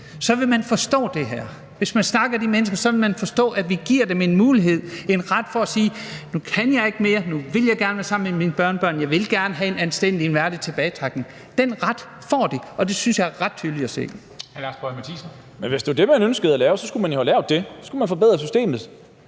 så vil man forstå det her. Hvis man snakker med de mennesker, vil man forstå, at vi giver dem en mulighed, en ret til at sige: Nu kan jeg ikke mere, nu vil jeg gerne være sammen med mine børnebørn, jeg vil gerne have en anstændig og værdig tilbagetrækning. Den ret får de, og det synes jeg er ret tydeligt at se. Kl. 14:14 Formanden (Henrik Dam Kristensen): Hr. Lars Boje Mathiesen.